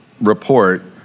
report